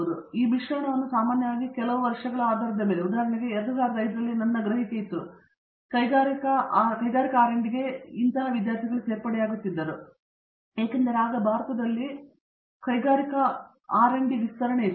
ಆದ್ದರಿಂದ ಈ ಮಿಶ್ರಣವನ್ನು ಸಾಮಾನ್ಯವಾಗಿ ಕೆಲವು ವರ್ಷಗಳ ಆಧಾರದ ಮೇಲೆ ಉದಾಹರಣೆಗೆ 2005 ರಲ್ಲಿ ನನ್ನ ಗ್ರಹಿಕೆ ಇವರು ಕೈಗಾರಿಕಾ ಆರ್ ಮತ್ತು ಡಿ ಗೆ ಸೇರ್ಪಡೆಯಾಗುತ್ತಿದ್ದರು ಏಕೆಂದರೆ ಭಾರತದಲ್ಲಿ ಕೈಗಾರಿಕಾ ಆರ್ ಮತ್ತು ಡಿ ವಿಸ್ತರಣೆ ಇತ್ತು